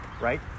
right